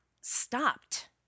stopped